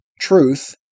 truth